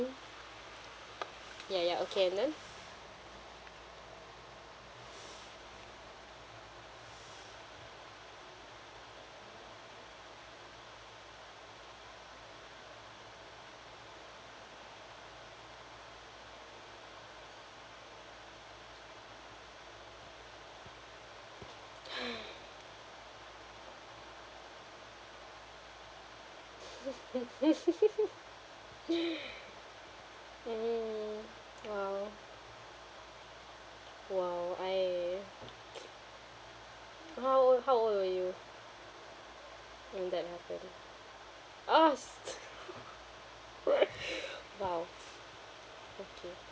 ya ya okay and then mm !wow! !wow! I how how old were you when that happened !ow! s~ !wow! okay